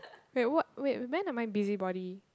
wait what wait when am I busybody